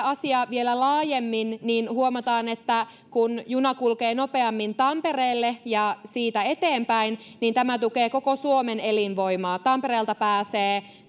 asiaa tarkastellaan vielä laajemmin huomataan että kun juna kulkee nopeammin tampereelle ja siitä eteenpäin tämä tukee koko suomen elinvoimaa tampereelta pääsee